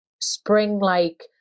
spring-like